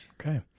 Okay